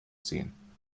ziehen